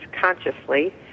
consciously